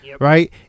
right